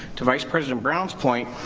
to vice president brown's point,